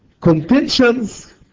Contentions